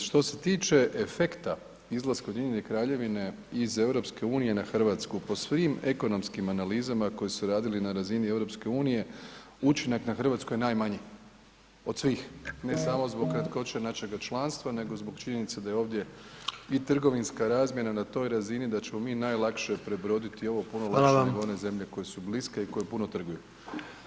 Što se tiče efekta izlaska Ujedinjene Kraljevine iz EU-a na Hrvatsku, po svim ekonomskim analizama koje su radili na razini EU-a, učinak na Hrvatsku je najmanji od svih, ne samo zbog kratkoće našega članstva nego zbog činjenice da je ovdje i trgovinska razmjena na toj razini da ćemo mi najlakše prebroditi ovo puno lakše nego one zemlje koje su bliske i koje puno trguju.